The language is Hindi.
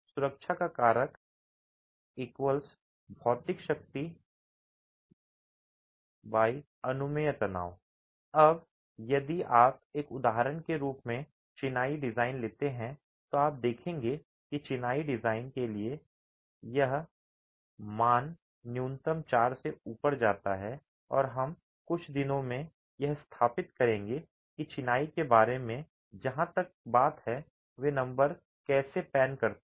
सुरक्षा का कारक भौतिक शक्ति अनुमेय तनाव अब यदि आप एक उदाहरण के रूप में चिनाई डिजाइन लेते हैं तो आप देखेंगे कि चिनाई डिजाइन के लिए यह मान न्यूनतम 4 से ऊपर जाता है और हम कुछ दिनों में यह स्थापित करेंगे कि चिनाई के बारे में जहां तक बात है वे नंबर कैसे पैन करते हैं